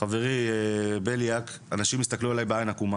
חברי בליאק אנשים הסתכלו עליי בעין עקומה.